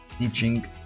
teaching